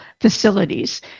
facilities